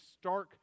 stark